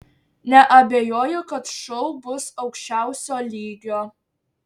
neabejoju kad šou bus aukščiausio lygio